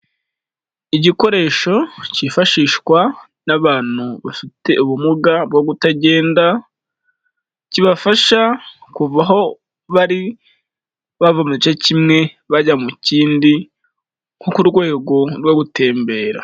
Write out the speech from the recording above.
Igikoresho kifashishwa n'abantu bafite ubumuga bwo kutagenda, kibafasha kuva aho bari bava mu gice kimwe bajya mu kindi, nko ku rwego rwo gutembera.